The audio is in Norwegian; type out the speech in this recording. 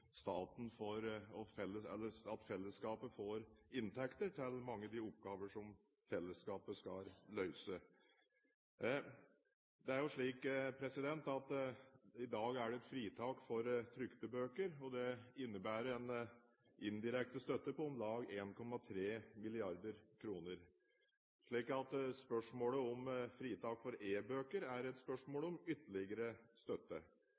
fellesskapet får inntekter til mange av de oppgaver som fellesskapet skal løse. Det er i dag et fritak for trykte bøker, og det innebærer en indirekte støtte på om lag 1,3 mrd. kr, slik at spørsmålet om fritak for e-bøker er et spørsmål om ytterligere støtte.